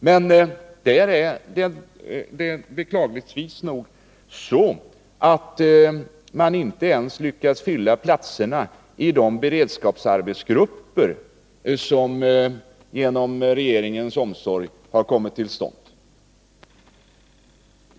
Men beklagligtvis lyckas man trots detta behov inte ens fylla platserna i de beredskapsarbetsgrupper som har kommit till stånd genom regeringens försorg.